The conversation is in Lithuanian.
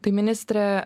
tai ministre